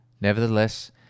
Nevertheless